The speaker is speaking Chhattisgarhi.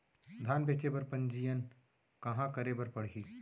धान बेचे बर पंजीयन कहाँ करे बर पड़ही?